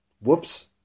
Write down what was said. Whoops